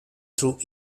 through